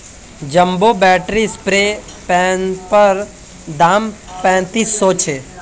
jumbo battery spray पंपैर दाम पैंतीस सौ छे